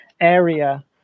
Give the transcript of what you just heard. area